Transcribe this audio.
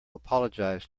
apologized